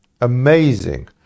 amazing